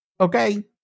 Okay